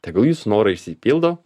tegul jūsų norai išsipildo